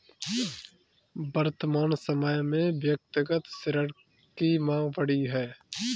वर्तमान समय में व्यक्तिगत ऋण की माँग बढ़ी है